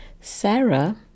Sarah